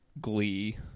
Glee